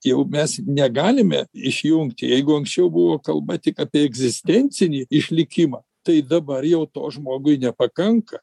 jau mes negalime išjungti jeigu anksčiau buvo kalba tik apie egzistencinį išlikimą tai dabar jau to žmogui nepakanka